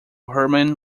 hermann